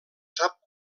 sap